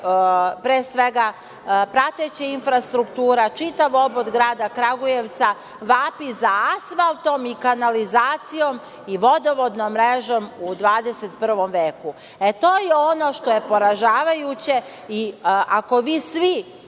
pre svega prateća infrastruktura, čitav obod grada Kragujevca vapi za asfaltom i kanalizacijom i vodovodnom mrežom u 21. veku. To je ono što je poražavajuće. Ako vi svi